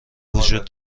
وجود